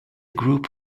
group